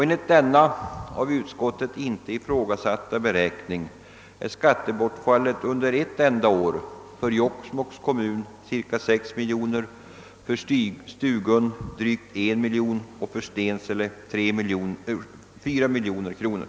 Enligt denna av utskottet inte ifrågasatta beräkning är skattebortfallet under ett år för Jokkmokks kommun över sex miljoner, för Stugun drygt en miljon och för Stensele fyra miljoner kronor.